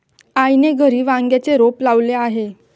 आईने घरी वांग्याचे रोप लावले आहे